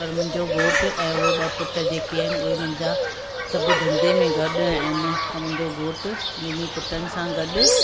पर मुंहिंजो घोटु ऐं उहे ॿ पुट जेके आहिनि उहे मुंहिंजा सभु धंधे में गॾु आहिनि त मुंहिंजो घोटु ॿिन्ही पुटनि सां गॾु